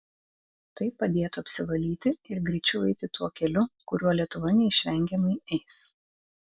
tai padėtų apsivalyti ir greičiau eiti tuo keliu kuriuo lietuva neišvengiamai eis